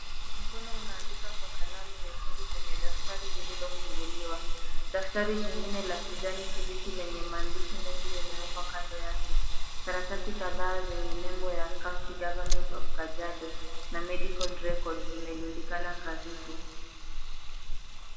Mkono unaandika kwa kalamu nyekundu kwenye daftari lililofunguliwa. Daftari jingine la kijani kibichi lenye maandishi mengi limewekwa kando yake. Karatasi kadhaa zenye nembo ya Kaunti government of Kajiado na medical records zimerundikana karibu.